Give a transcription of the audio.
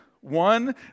one